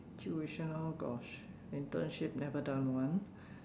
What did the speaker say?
tuition oh gosh internship never done one